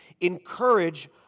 encourage